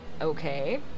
Okay